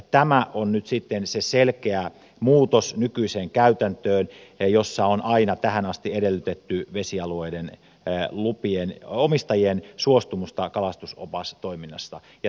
tämä on nyt sitten se selkeä muutos nykyiseen käytäntöön jossa on aina tähän asti edellytetty vesialueiden omistajien suostumusta kalastusopastoimintaan